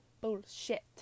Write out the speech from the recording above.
bullshit